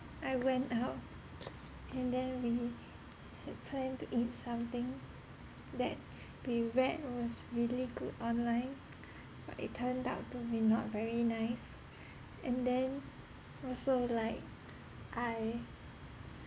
I went out and then we had planned to eat something that we read was really good online but it turned out to be not very nice and then also like I